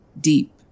deep